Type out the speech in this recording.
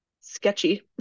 sketchy